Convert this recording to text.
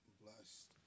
blessed